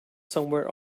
somewhere